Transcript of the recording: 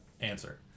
answer